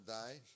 die